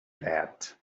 that